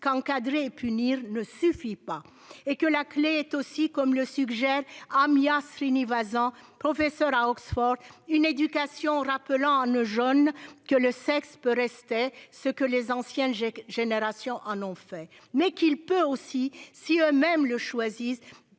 qu'encadrer et punir ne suffit pas et que la clé est aussi comme le suggère AMIA Srinivasan professeur à Oxford, une éducation rappelant le jaune que le sexe peut restait ce que les anciennes générations en ont fait, mais qu'il peut aussi si eux-mêmes le choisissent,